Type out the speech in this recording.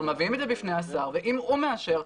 אנחנו מביאים את זה בפני השר ואם הוא מאשר,